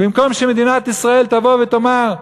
במקום שמדינת ישראל תבוא ותאמר: